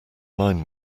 line